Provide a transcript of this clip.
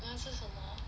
你要吃什么